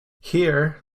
here